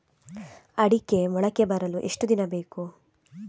ಅಡಿಕೆ ಮೊಳಕೆ ಬರಲು ಎಷ್ಟು ದಿನ ಬೇಕು?